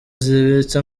zibitse